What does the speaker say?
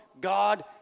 God